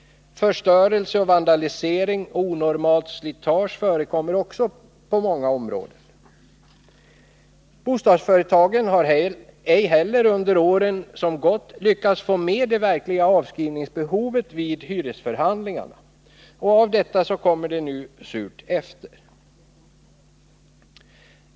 Förstörelse, vandalisering och onormalt slitage förekommer också inom många områden. Bostadsföretagen har inte heller under åren som gått lyckats få med det verkliga avskrivningsbehovet vid hyresförhandlingarna. Av detta kommer nu surt efter.